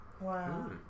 Wow